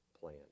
plan